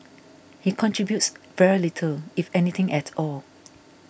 he contributes very little if anything at all